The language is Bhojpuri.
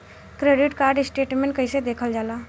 क्रेडिट कार्ड स्टेटमेंट कइसे देखल जाला?